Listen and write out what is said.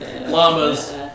llama's